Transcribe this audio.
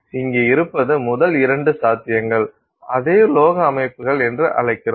இங்கே இருப்பது முதல் இரண்டு சாத்தியங்கள் அதை உலோக அமைப்புகள் என்று அழைக்கிறோம்